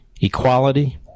equality